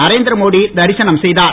நரேந்திர மோடி தரிசனம் செய்தார்